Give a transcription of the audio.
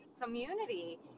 community